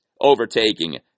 overtaking